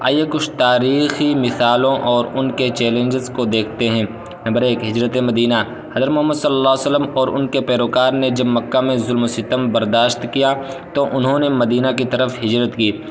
آئیے کچھ تاریخی مثالوں اور ان کے چیلنجز کو دیکھتے ہیں نمبر ایک ہجرت ہے مدینہ حضرت محمد صلی اللہ وسلم اور ان کے پیروکاروں نے جب مکہ میں ظلم وستم برداشت کیا تو انہوں نے مدینہ کی طرف ہجرت کی